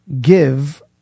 give